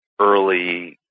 early